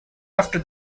after